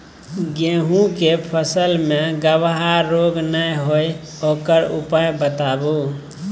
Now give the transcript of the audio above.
गेहूँ के फसल मे गबहा रोग नय होय ओकर उपाय बताबू?